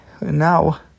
now